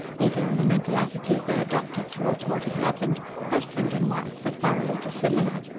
even in the mental attitude they adopted towards what had happened, husband and wife were thoroughly dissimilar.